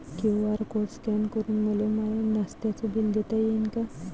QR code scan करून मले माय नास्त्याच बिल देता येईन का?